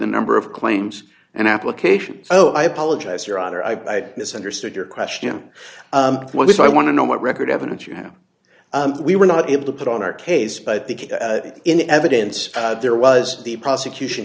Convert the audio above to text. the number of claims and applications oh i apologize your honor i misunderstood your question what if i want to know what record evidence you have we were not able to put on our case but in evidence there was the prosecution